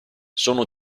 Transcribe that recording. sono